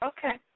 Okay